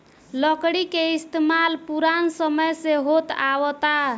लकड़ी के इस्तमाल पुरान समय से होत आवता